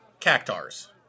Cactars